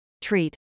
treat